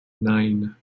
nine